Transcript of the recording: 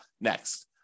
next